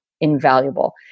invaluable